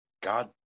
God